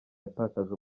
yatakaje